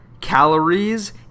calories